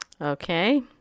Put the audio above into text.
Okay